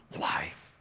life